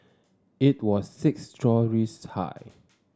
it was six storeys high